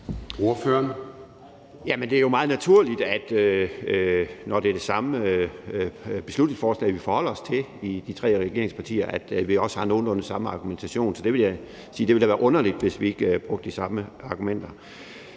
det er jo meget naturligt, når det er det samme beslutningsforslag, vi forholder os til i de tre regeringspartier, at vi også har nogenlunde samme argumentation. Så jeg vil sige, at det da ville være underligt, hvis ikke vi brugte de samme argumenter.